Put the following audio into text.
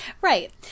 Right